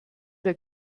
der